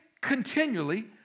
continually